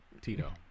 Tito